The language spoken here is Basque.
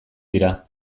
dira